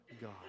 God